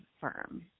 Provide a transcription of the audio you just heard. firm